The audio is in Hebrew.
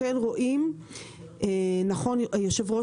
אדוני היושב-ראש,